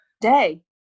day